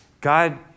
God